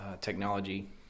technology